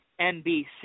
NBC